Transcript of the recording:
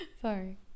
Sorry